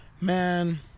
man